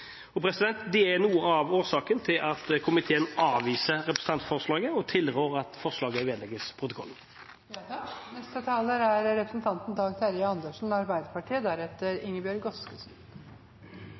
Det er noe av årsaken til at komiteen avviser representantforslaget og tilrår at forslaget vedlegges protokollen. Jeg har lyst til å starte med å si at jeg er